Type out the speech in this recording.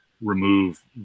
remove